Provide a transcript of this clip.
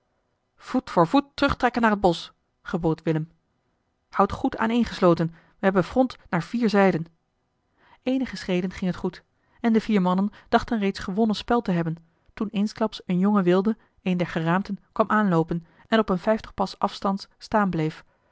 voet voor voet terugtrekken naar het bosch gebood willem houdt goed aaneengesloten we hebben front naar vier zijden eenige schreden ging het goed en de vier mannen dachten reeds gewonnen spel te hebben toen eensklaps een jonge wilde een der geraamten kwam aanloopen en op een vijftig pas afstands staan bleef